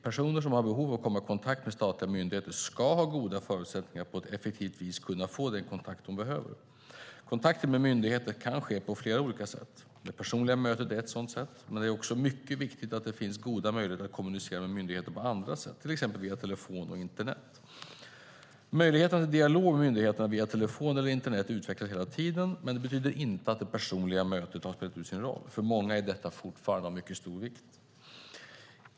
Personer som har behov av att komma i kontakt med statliga myndigheter ska ha goda förutsättningar att på ett effektivt vis kunna få den kontakt de behöver. Kontakter med myndigheter kan ske på flera olika sätt. Det personliga mötet är ett sådant sätt. Men det är också mycket viktigt att det finns goda möjligheter att kommunicera med myndigheter på andra sätt, till exempel via telefon och internet. Möjligheterna till dialog med myndigheterna via telefon eller internet utvecklas hela tiden, men det betyder inte att det personliga mötet spelat ut sin roll. För många är detta fortfarande av mycket stor vikt.